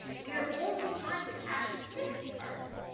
we are only trying to cache fifty cards.